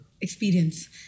experience